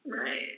Right